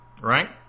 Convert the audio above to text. Right